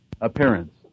appearance